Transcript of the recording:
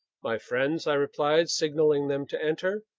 my friends, i replied, signaling them to enter,